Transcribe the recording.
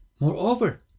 Moreover